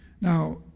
Now